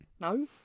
No